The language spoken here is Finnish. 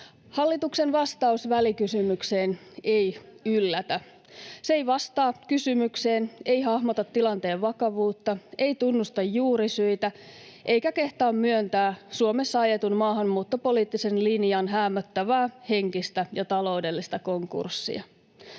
Hallituksen vastaus välikysymykseen ei yllätä. Se ei vastaa kysymykseen, ei hahmota tilanteen vakavuutta, ei tunnusta juurisyitä eikä kehtaa myöntää Suomessa ajetun maahanmuuttopoliittisen linjan häämöttävää henkistä ja taloudellista konkurssia.